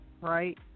right